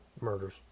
murders